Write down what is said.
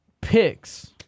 picks